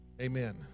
amen